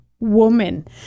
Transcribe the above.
Woman